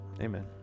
amen